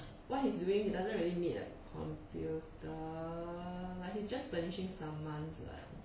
what he's doing doesn't really need like computer like he just positioning saman